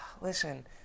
listen